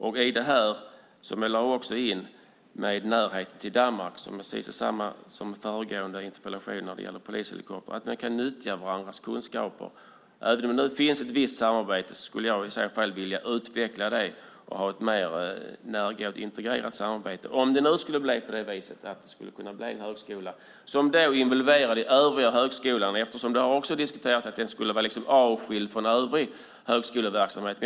Närheten till Danmark innebär att man kan nyttja varandras kunskaper, som nämnts i föregående interpellationsdebatt om polishelikoptrar. Det finns ett visst samarbete, men jag skulle vilja utveckla det och ha ett mer integrerat samarbete, om det nu skulle bli en högskola som är involverad i övriga högskolan. Det har diskuterats att det inte skulle vara avskilt från övrig högskoleverksamhet.